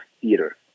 theater